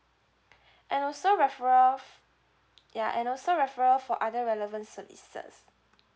and also referral ya and also referral for other relevant services